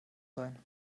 sein